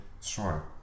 Sure